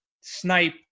snipe